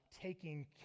taking